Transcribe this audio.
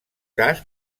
cas